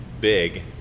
Big